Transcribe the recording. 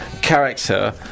character